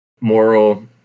moral